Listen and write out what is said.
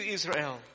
Israel